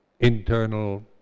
internal